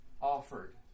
offered